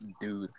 dude